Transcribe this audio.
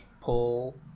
pull